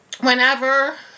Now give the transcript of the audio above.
whenever